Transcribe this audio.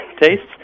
tastes